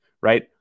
right